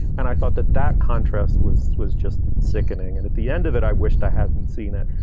and i thought that that contrast was was just sickening. and at the end of it, i wished i hadn't seen it.